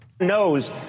knows